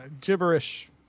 gibberish